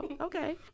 Okay